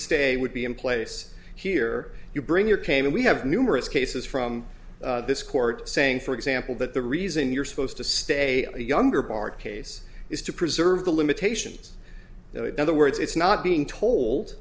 stay would be in place here you bring your pain and we have numerous cases from this court saying for example that the reason you're supposed to stay younger bart case is to preserve the limitations that other words it's not being told